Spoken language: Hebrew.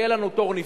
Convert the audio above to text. יהיה לנו נפרד.